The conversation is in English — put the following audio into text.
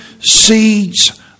seeds